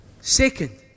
Second